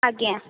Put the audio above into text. ଆଜ୍ଞା